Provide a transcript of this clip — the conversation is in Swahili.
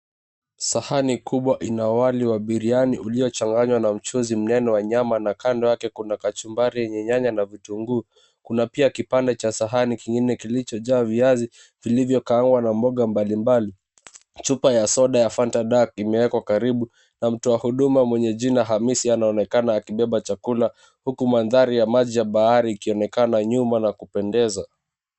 Sahani kubwa ina wali wa biriani iliyochanganywa na mchuzi mnene wa nyama na kando yake kuna kachumbari yenye nyanya na vitunguu. Kuna pia kipande cha sahani kingine kilichojaa viazi vilivyokaangwa na mboga mbalimbali. Chupa ya soda ya fanta imewekwa karibu na mtu wa huduma mwenye jina Hamisi anaonekana akibeba chakula huku mandhari ya maji ya bahari ikionekana nyuma na kupendeza.